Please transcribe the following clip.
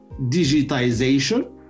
digitization